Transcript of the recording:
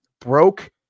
broke